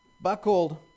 buckled